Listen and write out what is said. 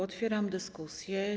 Otwieram dyskusję.